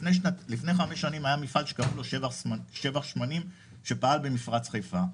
לפני חמש שנים היה מפעל שנקרא "שבח שמנים" שפעל במפרץ חיפה.